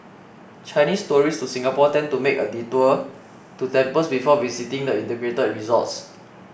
Chinese tourists to Singapore tend to make a detour to temples before visiting the integrated resorts